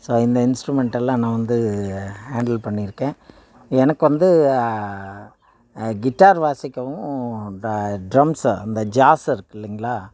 so இந்த இன்ஸ்ட்ரூமெண்ட்டெல்லாம் நான் வந்து ஹேண்டில் பண்ணியிருக்கேன் எனக்கு வந்து கிட்டார் வாசிக்கவும் அந்த ட்ரம்ஸு அந்த ஜாஸு இருக்குது இல்லைங்களா